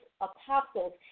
apostles